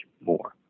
more